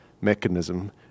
mechanism